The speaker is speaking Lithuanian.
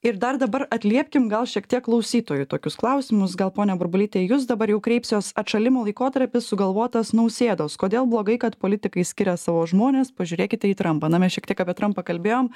ir dar dabar atliepkim gal šiek tiek klausytojų tokius klausimus gal ponia burbulyte į jus dabar jau kreipsiuos atšalimo laikotarpis sugalvotas nausėdos kodėl blogai kad politikai skiria savo žmones pažiūrėkite į trampą na mes šiek tiek apie trampą kalbėjom